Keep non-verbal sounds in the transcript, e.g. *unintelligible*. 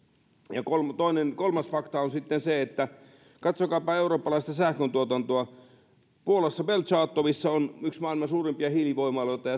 ja kolmas fakta sitten katsokaapa eurooppalaista sähköntuotantoa puolassa belchatowissa on yksi maailman suurimpia hiilivoimaloita ja *unintelligible*